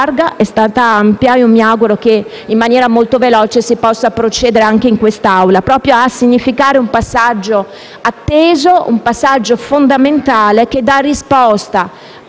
è stata ampia e mi auguro che in maniera molto veloce si possa procedere anche in questa Assemblea, proprio a significare un passaggio atteso e fondamentale che dà risposta